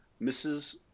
Mrs